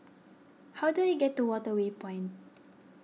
how do I get to Waterway Point